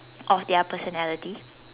of their personality